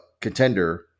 contender